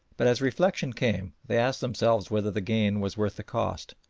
but as reflection came they asked themselves whether the gain was worth the cost,